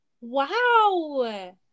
Wow